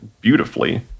beautifully